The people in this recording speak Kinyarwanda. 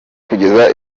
kugeza